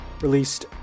released